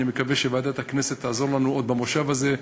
אני מקווה שוועדת הכנסת תעזור לנו עוד במושב הזה,